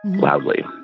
Loudly